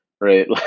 right